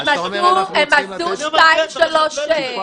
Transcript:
הם עשו שניים-שלושה מבחנים.